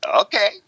okay